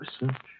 research